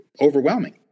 overwhelming